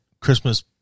Christmas